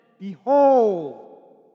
Behold